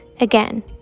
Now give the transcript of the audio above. Again